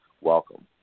Welcome